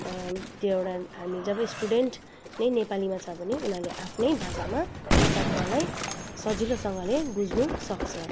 त्यो एउटा हामी जब स्टुडेन्ट नै नेपालीमा छ भने उनीहरूले आफ्नै भाषामा त्यो शब्दलाई सजिलोसँगले बुझ्नु सक्छ